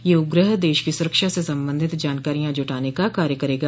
यह उपग्रह देश की सुरक्षा से संबंधित जानकारियां जुटाने का कार्य करेगा